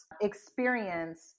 experience